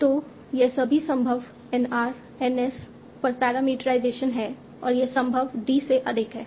तो यह सभी संभव N r N s पर पैरामीटराइजेशन है और यह संभव d से अधिक है